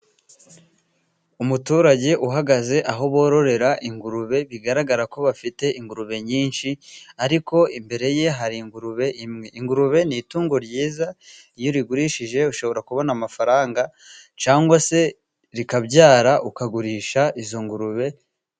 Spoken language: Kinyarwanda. Umuturage uhagaze aho bororera ingurube bigaragara ko bafite ingurube nyinshi ariko imbere ye hari ingurube imwe. Ingurube ni itungo ryiza iyo urigurishije ushobora kubona amafaranga cyangwa se rikabyara ukagurisha izo ngurube.